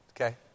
okay